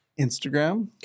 Instagram